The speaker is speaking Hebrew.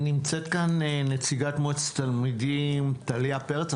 נמצאת כאן נציגת מועצת התלמידים טליה פרץ.